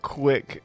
quick